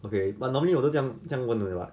okay but normally 我都讲这样这样讲的 lah